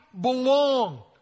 belong